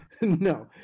No